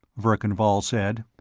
verkan vall said.